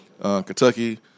Kentucky